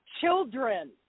children